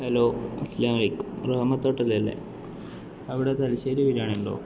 hello അസലാമു അലൈക്കും Rahmath hotel അല്ലേ അവിടെ തലശ്ശേരി ബിരിയാണി ഉണ്ടോ